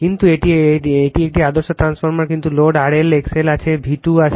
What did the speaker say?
কিন্তু এটি একটি আদর্শ ট্রান্সফরমার কিন্তু load R L X L আছে V2 আছে